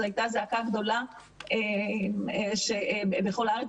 זו הייתה זעקה גדולה בכל הארץ,